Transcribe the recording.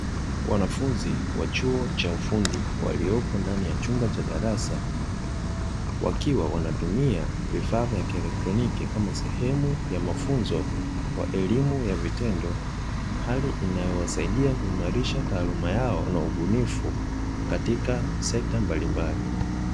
Wanafunzi wa chuo cha ufundi waliopo ndani ya chumba cha darasa wakiwa wanatumia vifaa vya kielektroniki kama sehemu ya mafunzo kwa elimu ya vitendo, hali inayowasaidia kuimarisha taaluma yao na ubunifu katika sekta mbalimbali.